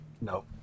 No